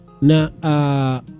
Now